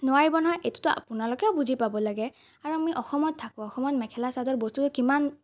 নোৱাৰিব নহয় এইটোতো আপোনালোকেও বুজি পাব লাগে আৰু আমি অসমত থাকোঁ অসমত মেখেলা চাদৰ বস্তুটো কিমান